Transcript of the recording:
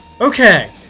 Okay